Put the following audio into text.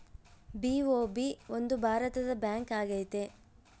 BOB ಒಂದು ಭಾರತದ bank ಆಗೈತೆ